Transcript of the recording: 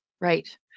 Right